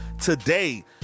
today